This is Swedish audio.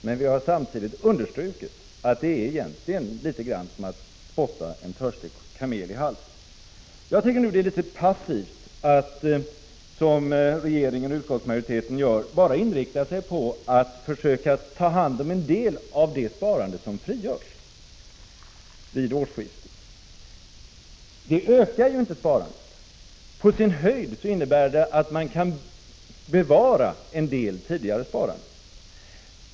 Men vi har samtidigt understrukit att det egentligen är litet grand som att spotta en törstig kamel i halsen. Jag tycker nu att det är litet passivt att, som regeringen och utskottsmajoriteten gör, bara inrikta sig på att försöka ta hand om en del av det sparande som frigörs vid årsskiftet. Det ökar ju inte sparandet. På sin höjd innebär det att man kan bevara en del tidigare sparande.